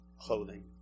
clothing